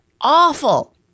awful